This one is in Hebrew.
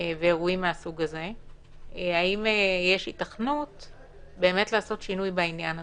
האם יש היתכנות לעשות שינוי בעניין הזה?